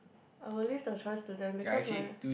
I will leave the choice to them because my